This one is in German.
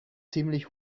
ziemlich